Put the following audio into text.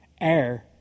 air